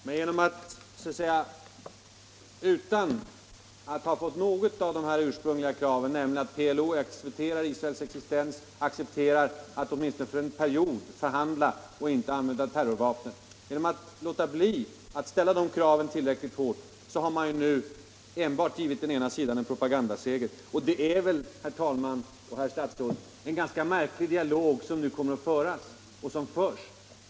Herr talman! Det är ingen som har krävt det heller. Men genom att underlåta att driva de ursprungliga kraven tillräckligt hårt, alltså att PLO accepterar Israels existens och förhandlar i stället för att använda terrorvapen, har man ju nu givit bara den ena sidan en propagandaseger. Och, herr talman och herr statsråd, det är väl en ganska märklig dialog som nu förs och kommer att föras.